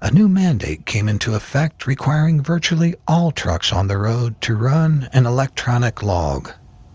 a new mandate came into effect requiring virtually all trucks on the road to run an electronic log